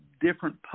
different